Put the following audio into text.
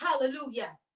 Hallelujah